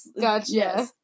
Gotcha